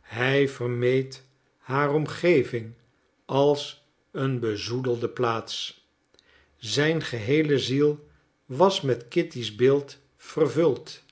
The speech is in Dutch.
hij vermeed haar omgeving als een bezoedelde plaats zijn geheele ziel was met kitty's beeld vervuld